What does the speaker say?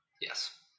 Yes